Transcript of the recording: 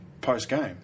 post-game